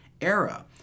era